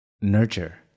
Nurture